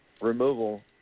removal